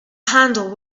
handle